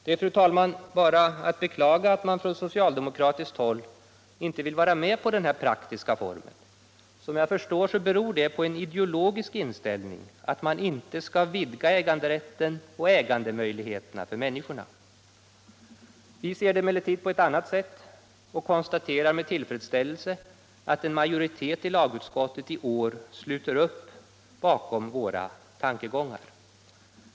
Det är, fru talman, bara att beklaga att man på socialdemokratiskt håll inte vill vara med på den här praktiska formen för äganderätt till bostaden. Som jag förstår beror det på en ideologisk inställning att man inte skall vidga äganderätten och ägandemöjligheterna för människorna. Vi ser det emellertid på ett annat sätt och konstaterar med tillfredsställelse att en majoritet i lagutskottet i år sluter upp bakom våra tankegångar.